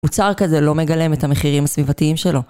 אוצר כזה לא מגלם את המחירים הסביבתיים שלו.